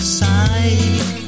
side